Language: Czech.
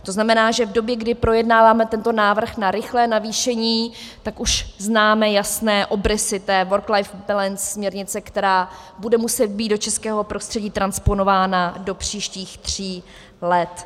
To znamená, že v době, kdy projednáváme tento návrh na rychlé navýšení, už známe jasné obrysy té worklife balance směrnice, která bude muset být do českého prostředí transponována do příštích tří let.